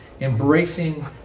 embracing